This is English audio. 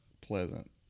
pleasant